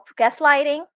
gaslighting